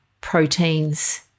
proteins